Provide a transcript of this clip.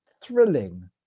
thrilling